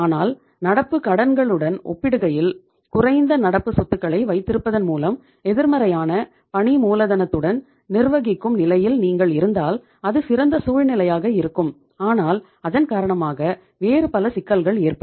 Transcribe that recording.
ஆனால் நடப்பு கடன்களுடன் ஒப்பிடுகையில் குறைந்த நடப்பு சொத்துக்களை வைத்திருப்பதன் மூலம் எதிர்மறையான பணி மூலதனத்துடன் நிர்வகிக்கும் நிலையில் நீங்கள் இருந்தால் அது சிறந்த சூழ்நிலையாக இருக்கும் ஆனால் அதன் காரணமாக வேறு பல சிக்கல்கள் ஏற்படும்